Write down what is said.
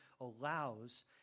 allows